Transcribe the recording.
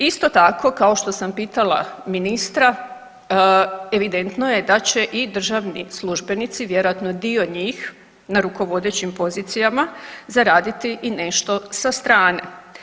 Isto tako kao što sam pitala ministra evidentno je da će i državni službenici, vjerojatno dio njih na rukovodećim pozicijama zaraditi i nešto sa strane.